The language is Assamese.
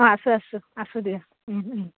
অঁ আছোঁ আছোঁ আছোঁ দিয়া